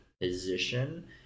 position